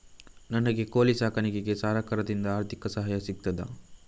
ನನಗೆ ಕೋಳಿ ಸಾಕಾಣಿಕೆಗೆ ಸರಕಾರದಿಂದ ಆರ್ಥಿಕ ಸಹಾಯ ಸಿಗುತ್ತದಾ?